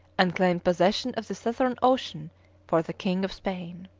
and claimed possession of the southern ocean for the king of spain.